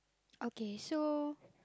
okay so